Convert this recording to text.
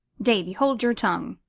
davy, hold your tongue,